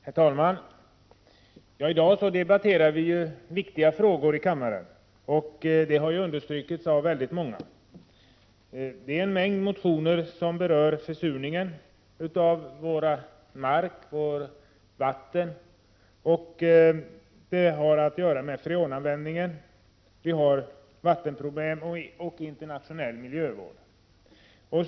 Herr talman! Att vi i dag debatterar viktiga frågor har understrukits av många. Vi har att behandla en mängd motioner som berör försurningen i våra marker och vatten. Det handlar också om freonanvändningen. Vi har vattenproblem och internationella miljövårdsproblem.